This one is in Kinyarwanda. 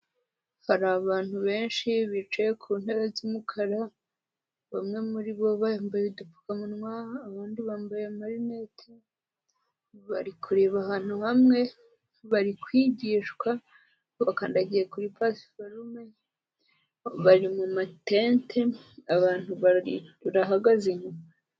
Hari abantu benshi bicaye ku ntebe z'umukara bamwe muri bo bambaye udupfukamunwa abandi bambaye marinete, bari kureba ahantu hamwe, bari kwigishwa bakandagiye kuri pasiparume, bari mu matente abantu bari barahagaze inyuma.